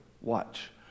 Watch